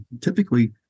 Typically